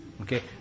Okay